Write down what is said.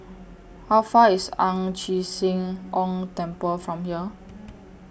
How Far IS Ang Chee Sia Ong Temple from here